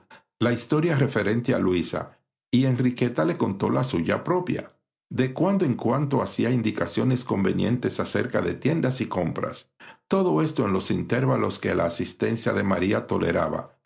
la historia referente a luisa y enriqueta le contó la suya propia de cuando en cuando hacía indicaciones convenientes acerca de tiendas y compras todo esto en los intervalos que la asistencia de maría toleraba